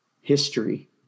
history